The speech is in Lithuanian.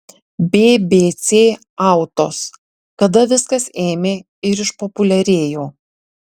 bbc autos kada viskas ėmė ir išpopuliarėjo